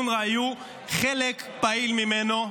אונר"א היו חלק פעיל ממנו.